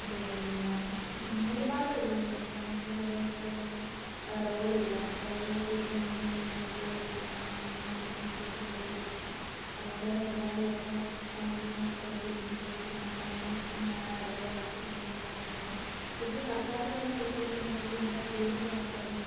പിന്നെ ഒരുപാട് വെല്ലുവിളികൾ ഉണ്ട് നമുക്ക് മര്യാദയ്ക്കുള്ളൊരു റോഡ് ഇല്ല അതായത് കൂടുതലും കുണ്ടും കുഴിയും ആയിട്ടുള്ള റോഡുകളാണ് ഒന്നും മര്യാദയ്ക്ക് ഉള്ളൊരു റോഡുകളില്ല അതുകൊണ്ടുതന്നെ ഒരുപാട് പേരുടെ ജീവനൊക്കെ അവിടെ പൊലിഞ്ഞിട്ടുണ്ട് പിന്നെ അതുപോലെ കുറേ ആക്സിഡന്റുകൾ കാര്യങ്ങൾ പക്ഷേ ഇവർ സർക്കാർ കുറേ പൈസ കൊടുക്കുന്നുണ്ടെങ്കിലും ഇവിടെ കൂടുതലും ആൾക്കാർ മുക്കും